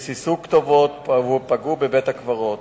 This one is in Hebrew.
ריססו כתובות, פגעו בבית-הקברות.